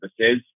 services